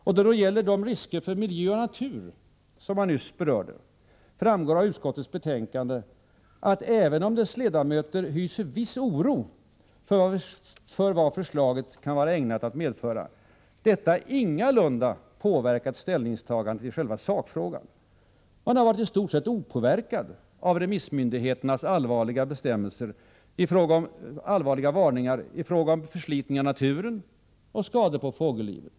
Då det gäller de risker för miljö och natur som jag nyss berörde framgår av utskottets betänkande att även om dess ledamöter hyser viss oro för vad förslaget kan vara ägnat att medföra, detta ingalunda påverkat ställningstagandet i själva sakfrågan. De har varit i stort sett opåverkade av remissmyndigheternas allvarliga varningar i fråga om förslitning av naturen och skador på fågellivet.